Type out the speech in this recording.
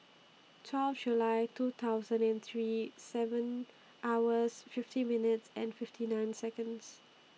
twelve July two thousand and three seven hours fifty minutes fifty nine Seconds